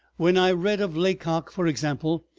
when i read of laycock, for example,